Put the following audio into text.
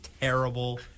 terrible